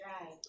right